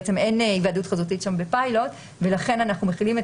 בעצם אין היוועדות חזותית שם בפיילוט ולכן אנחנו מחילים את